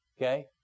Okay